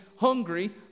hungry